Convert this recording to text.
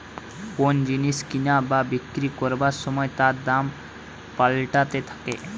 কোন জিনিস কিনা বা বিক্রি করবার সময় তার দাম পাল্টাতে থাকে